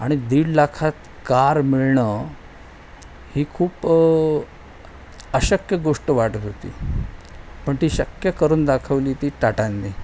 आणि दीड लाखात कार मिळणं ही खूप अशक्य गोष्ट वाटत होती पण ती शक्य करून दाखवली ती टाटांनी